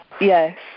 Yes